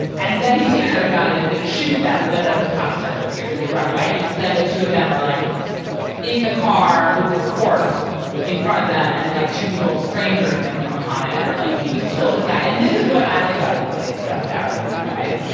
and then he takes out a gun and he's going to shoot them. but then the cop starts hopers and they run away. and so then the two of them are like in the car with this corpse in front of them. and then, like two people, stranger is like, come upon it and are like, you just kill this guy. and this is what i like. i, like, really stressed out and annoyed,